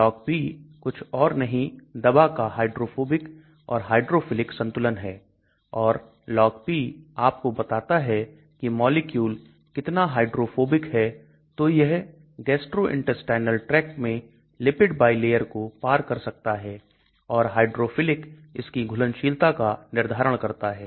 LogP कुछ और नहीं दवा का हाइड्रोफोबिक और हाइड्रोफिलिक संतुलन है और LogP आपको बताता है की मॉलिक्यूल कितना हाइड्रोफोबिक है तो यह gastrointestinal tract मैं Lipid Bilayer को पार कर सकता है और हाइड्रोफिलिक इसकी घुलनशीलता का निर्धारण करता है